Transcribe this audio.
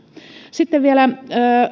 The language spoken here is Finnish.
sitten vielä